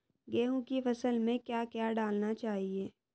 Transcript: गेहूँ की फसल में क्या क्या डालना चाहिए?